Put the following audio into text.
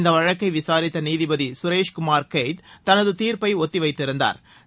இந்த வழக்கை விசாரித்த நீதிபதி சுரேஷ் குமார் கெய்த் தனது தீர்ப்பை ஒத்தி வைத்திருந்தாா்